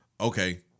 Okay